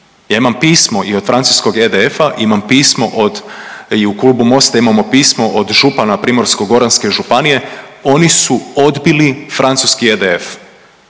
Ja imam pismo i od francuskog EDF-a, imam pismo od, i u Klubu Mosta imamo pismo od župana PGŽ-a, oni su odbili francuski EDF